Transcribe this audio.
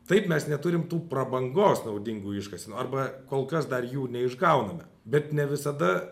taip mes neturim tų prabangos naudingų iškasenų arba kol kas dar jų neišgauname bet ne visada